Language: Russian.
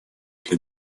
для